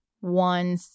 one